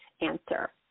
answer